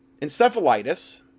Encephalitis